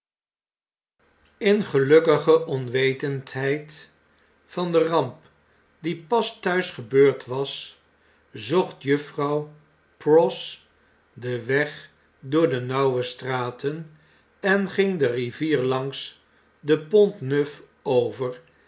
in gelukkige onwetendheid van de ramp die pas thuis gebeurd was zocht juffrouw pross den weg door de nauwe straten en ging de rivier langs den p o